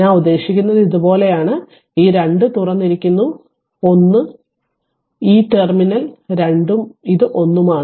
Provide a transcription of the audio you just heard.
ഞാൻ ഉദ്ദേശിക്കുന്നത് ഇതുപോലെയാണ് ഈ 2 ഉം തുറന്നിരിക്കുന്നു ഇത് 1 ഉം ഈ ടെർമിനൽ 2 ഉം ആണ് ഇത് ഒന്നാണ്